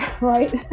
right